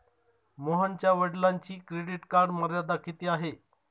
मोहनच्या वडिलांची credit card मर्यादा किती आहे?